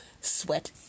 sweat